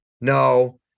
no